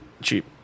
Cheap